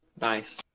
Nice